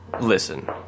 listen